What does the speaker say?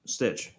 Stitch